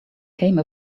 came